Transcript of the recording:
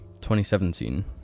2017